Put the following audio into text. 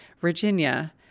Virginia